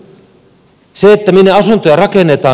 siitä minne asuntoja rakennetaan